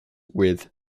with